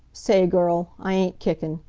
sa-a-ay, girl, i ain't kickin'.